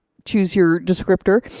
choose your descriptor,